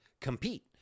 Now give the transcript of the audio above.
compete